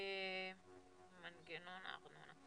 מנגנון הארנונה,